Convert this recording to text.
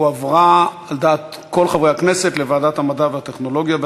הועברה על דעת כל חברי הכנסת לוועדת המדע והטכנולוגיה.